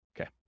Okay